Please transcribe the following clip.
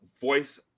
voice